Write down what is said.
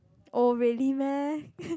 oh really meh